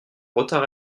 retard